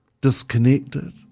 disconnected